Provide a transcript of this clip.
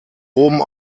oben